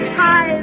hi